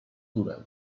górę